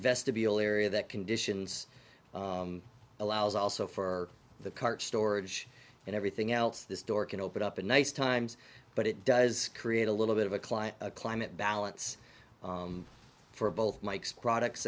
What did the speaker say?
vestibule area that condition's allows also for the car storage and everything else this door can open up in nice times but it does create a little bit of a client climate balance for both mike's products